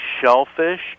shellfish